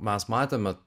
mes matėme